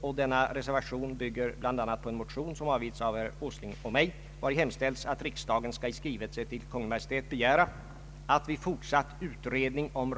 Vid mera kvalificerad utbildning skulle individuellt bestämt stöd kunna utgå i högst ett år.